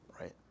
right